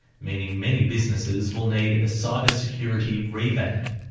meaning many businesses will need a cybersecurity revamp.